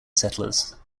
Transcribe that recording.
settlers